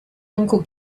uncle